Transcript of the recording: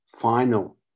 final